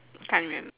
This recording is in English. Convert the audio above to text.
can't remember